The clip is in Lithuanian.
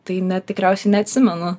tai net tikriausiai neatsimenu